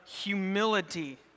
humility